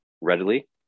readily